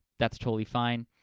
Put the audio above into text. that's totally fine.